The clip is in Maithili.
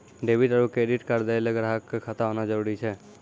डेबिट आरू क्रेडिट कार्ड दैय ल ग्राहक क खाता होना जरूरी छै